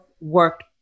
work